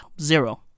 Zero